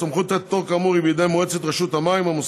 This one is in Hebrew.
הסמכות לתת פטור כאמור היא בידי מועצת רשות המים,